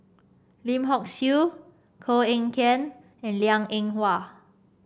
Lim Hock Siew Koh Eng Kian and Liang Eng Hwa